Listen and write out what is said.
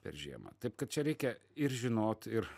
per žiemą taip kad čia reikia ir žinot ir